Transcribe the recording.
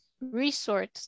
resource